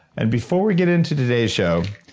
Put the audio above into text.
and before we get into today's show,